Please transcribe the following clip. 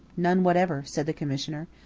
none whatever, said the commissioner.